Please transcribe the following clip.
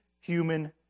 human